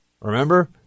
remember